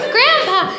Grandpa